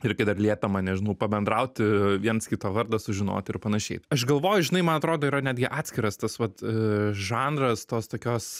ir kai dar liepiama nežinau pabendrauti viens kito vardo sužinoti ir panašiai aš galvoju žinai man atrodo yra netgi atskiras tas vat a žanras tos tokios